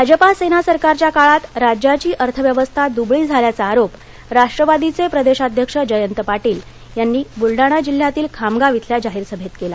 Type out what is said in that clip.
भाजपा सेना सरकारच्या काळात राज्याची अर्थव्यवस्था दुबळी झाल्याचा आरोप राष्ट्रवादीघे प्रदेशाध्यक्ष जयंत पाटील यांनी बुलडाणा जिल्ह्यातील खामगाव इथल्या जाहीर सभेत केला